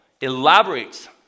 elaborates